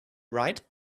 right